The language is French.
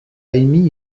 émis